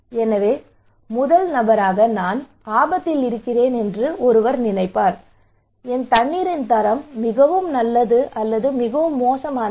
எனவே முதல் நபர் நான் ஆபத்தில் இருக்கிறேன் என்று நினைப்பார் என் தண்ணீரின் தரம் மிகவும் நல்லது அல்லது மிகவும் மோசமானது